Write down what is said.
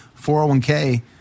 401k